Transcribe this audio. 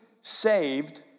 saved